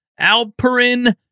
Alperin